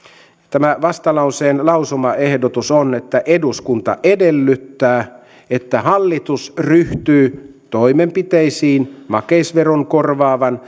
tämä vastalauseen lausumaehdotus on eduskunta edellyttää että hallitus ryhtyy toimenpiteisiin makeisveron korvaavan